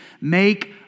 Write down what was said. make